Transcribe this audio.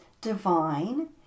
divine